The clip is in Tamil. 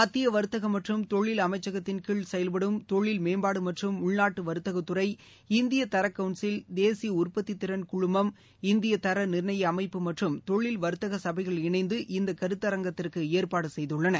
மத்திய வர்த்தகம் மற்றும் தொழில் அமைச்சகத்திள் கீழ் செயல்படும் தொழில் மேம்பாடு மற்றும் உள்நாட்டு வர்த்தகத் துறைஇந்திய தரக் கவுள்சில் தேசிய உற்பத்தித் திறன் குழுமம் இந்திய தர நிர்ணய அமைப்பு மற்றும் தொழில் வர்த்தக சபைகள் இணைந்துஇந்த கருத்தரங்கத்திற்கு ஏற்பாடு செய்குள்ளன